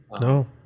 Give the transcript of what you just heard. No